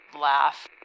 laugh